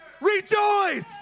Rejoice